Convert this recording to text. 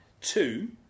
Two